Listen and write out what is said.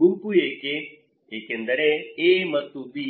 ಗುಂಪು ಏಕೆ ಏಕೆಂದರೆ A ಮತ್ತು B